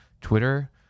twitter